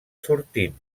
sortint